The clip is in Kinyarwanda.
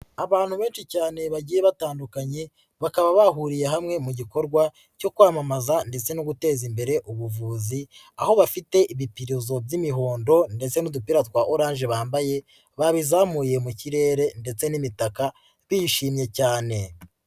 Abantu benshi cyane bagiye batandukanye bakaba bahuriye hamwe mu gikorwa cyo kwamamaza ndetse no guteza imbere ubuvuzi, aho bafite ibipirizo by'imihondo ndetse n'udupira twa oranje bambaye babizamuye mu kirere ndetse n'imitaka bishimye cyane.